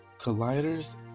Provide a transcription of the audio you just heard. Collider's